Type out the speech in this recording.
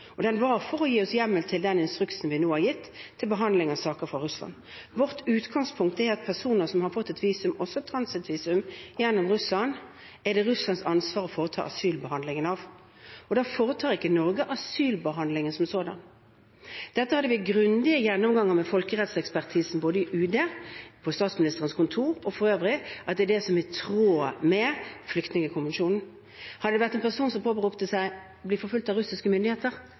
og det var for å gi oss hjemmel til den instruksen vi nå har gitt om behandling av saker fra Russland. Vårt utgangspunkt er at personer som har fått et visum, også et transittvisum for å reise gjennom Russland, er det Russlands ansvar å foreta asylbehandlingen av. Da foretar ikke Norge asylbehandlingen som sådan. Dette hadde vi grundige gjennomganger av med folkerettsekspertisen både i UD, på Statsministerens kontor og for øvrig, at det er det som er i tråd med Flyktningkonvensjonen. Hadde det vært en person som påberopte seg å være forfulgt av russiske myndigheter,